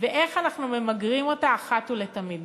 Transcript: ואיך אנחנו ממגרים אותה אחת ולתמיד.